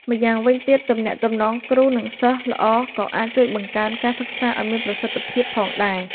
ម្យ៉ាងវិញទៀតទំនាក់ទំនងគ្រូនិងសិស្សល្អក៏អាចជួយបង្កើនការសិក្សាឱ្យមានប្រសិទ្ធភាពផងដែរ។